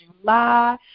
July